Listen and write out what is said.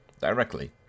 directly